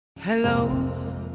hello